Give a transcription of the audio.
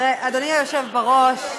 אדוני היושב-ראש,